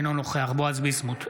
אינו נוכח בועז ביסמוט,